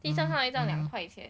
一张 lah 一张两块钱